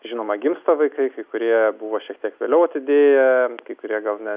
žinoma gimsta vaikai kurie buvo šiek tiek vėliau atidėję kai kurie gal ne